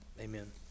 amen